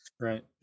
right